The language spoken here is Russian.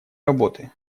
работы